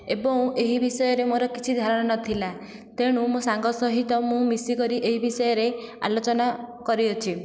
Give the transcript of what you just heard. ଏବଂ ଏହି ବିଷୟରେ ମୋ'ର କିଛି ଧାରଣା ନଥିଲା ତେଣୁ ମୋ' ସାଙ୍ଗ ସହିତ ମୁଁ ମିଶିକରି ଏଇ ବିଷୟରେ ଆଲୋଚନା କରିଅଛି